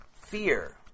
fear